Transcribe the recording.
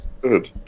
good